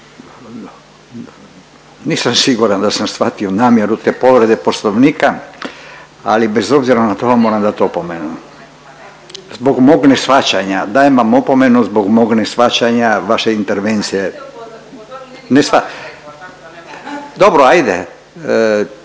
Nisam siguran da sam svatio namjeru te povrede poslovnika, ali bez obzira na to vam moram dati opomenu. …/Upadica se ne razumije./… Zbog mog neshvaćanja dajem vam opomenu zbog mog neshvaćanja vaše intervencije …/Upadica